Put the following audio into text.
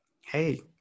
hey